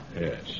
yes